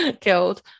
killed